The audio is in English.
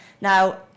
Now